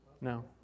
No